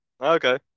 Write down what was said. Okay